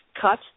cut